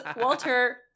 Walter